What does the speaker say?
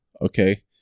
Okay